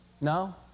No